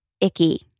icky